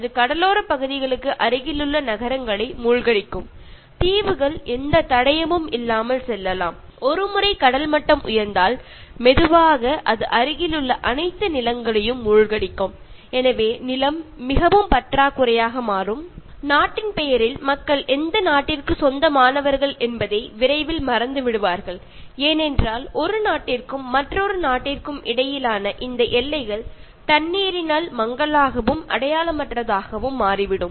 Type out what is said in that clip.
அது கடலோரப் பகுதிகளுக்கு அருகிலுள்ள நகரங்களை மூழ்கடிக்கும் தீவுகள் எந்த தடயமும் இல்லாமல் செல்லலாம் ஒரு முறை கடல் மட்டம் உயர்ந்தால் மெதுவாக அது அருகிலுள்ள அனைத்து நிலங்களையும் மூழ்கடிக்கும் எனவே நிலம் மிகவும் பற்றாக்குறையாக மாறும் நாட்டின் பெயரில் மக்கள் எந்த நாட்டிற்கு சொந்தமானவர்கள் என்பதை விரைவில் மறந்துவிடுவார்கள் ஏனென்றால் ஒரு நாட்டிற்கும் மற்றொரு நாட்டிற்கும் இடையிலான இந்த எல்லைகள் தண்ணீரினால் மங்கலாகவும் அடையாளமற்றதாகவும் மாறிவிடும்